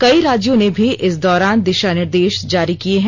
कई राज्यों ने भी इस दौरान दिशा निर्देश जारी किए हैं